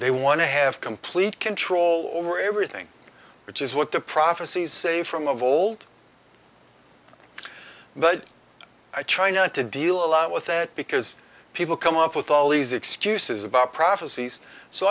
they want to have complete control over everything which is what the prophecies say from of old but i china to deal a lot with that because people come up with all these excuses about prophecies so